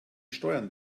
steuern